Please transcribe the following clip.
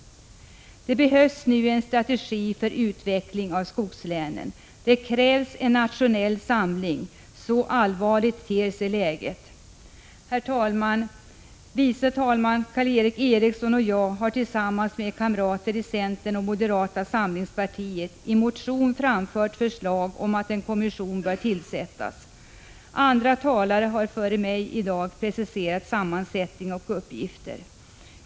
Det behövs nu en ny strategi för utveckling av skogslänen. Det krävs en nationell samling. Så allvarligt ter sig läget. Herr talman! Vice talman Karl Erik Eriksson och jag har tillsammans med kamrater i centern och moderata samlingspartiet i motion framfört förslag om att en kommission bör tillsättas. Andra talare har före mig i dag preciserat sammansättning och uppgifter.